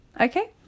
Okay